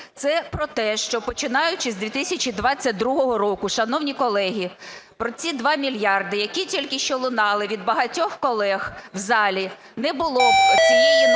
Це про те, що починаючи з 2022 року, шановні колеги, про ці 2 мільярди, які тільки що лунали від багатьох колег в залі, не було цієї норми